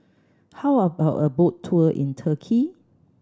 how about a boat tour in Turkey